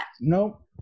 Nope